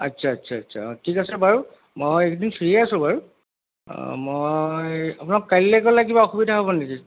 আচ্ছা আচ্ছা আচ্ছা অঁ ঠিক আছে বাৰু মই এইকেইদিন ফ্ৰীয়েই আছোঁ বাৰু মই আপোনাক কাইলৈ গ'লে কিবা অসুবিধা হ'ব নেকি